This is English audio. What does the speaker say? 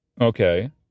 Okay